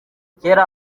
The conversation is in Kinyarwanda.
kera